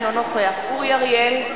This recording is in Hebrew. אינו נוכח אורי אריאל,